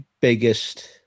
biggest